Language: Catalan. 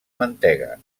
mantega